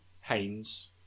Haynes